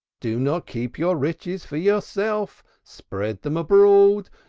do not keep your riches for yourself, spread them abroad.